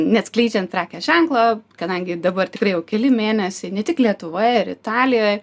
neatskleidžiant prekės ženklo kadangi dabar tikrai jau keli mėnesiai ne tik lietuvoje ir italijoje